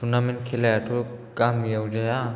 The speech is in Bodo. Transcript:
टुर्नामेन्त खेलायाथ' गामियाव जाया